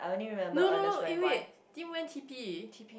no no no eh wait Tim went T_P